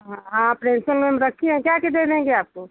हाँ हाँ principal ma'am रखी हैं क्या कि दे देंगी आपको